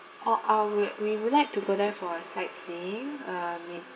orh uh we wo~ we would like to go there for sightseeing uh make